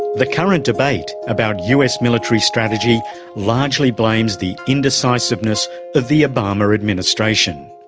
the current debate about us military strategy largely blames the indecisiveness of the obama administration.